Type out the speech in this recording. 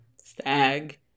stag